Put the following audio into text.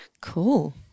Cool